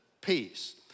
peace